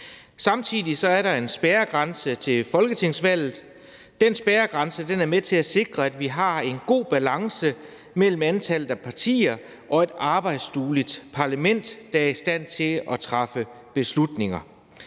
Samtidig er der en spærregrænse til folketingsvalget, og den spærregrænse er med til at sikre, at vi har en god balance mellem antallet af partier og et arbejdsdueligt parlament, der er i stand til at træffe beslutninger.